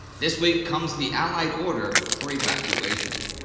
this week comes the allied order for evacuation.